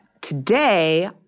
today